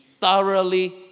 thoroughly